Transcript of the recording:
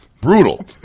Brutal